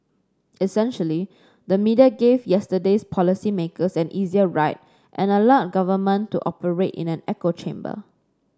essentially the media gave yesterday's policy makers an easier ride and allowed government to operate in an echo chamber